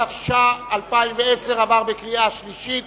התש"ע 2010, עבר בקריאה שלישית